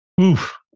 Oof